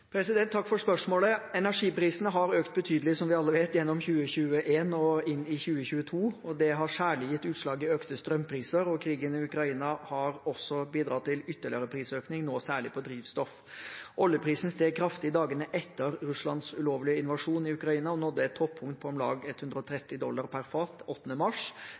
Takk for spørsmålet. Energiprisene har, som vi alle vet, økt betydelig gjennom 2021 og inn i 2022. Det har særlig gitt utslag i økte strømpriser. Krigen i Ukraina har også bidratt til ytterligere prisøkning nå, særlig på drivstoff. Oljeprisen steg kraftig i dagene etter Russlands ulovlige invasjon i Ukraina og nådde et toppunkt på om lag 130 dollar per fat 8. mars.